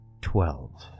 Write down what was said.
Twelve